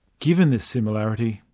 given this similarity,